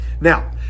Now